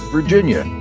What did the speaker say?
Virginia